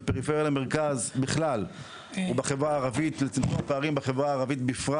הפריפריה למרכז בכלל ולצמצום הפערים בחברה הערבית בפרט,